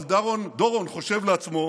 אבל דורון חושב לעצמו,